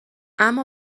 اما